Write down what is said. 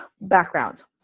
backgrounds